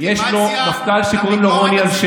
אתה מנסה לעשות דה-לגיטימציה לביקורת הציבורית,